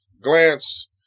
glance